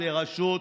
סליחה.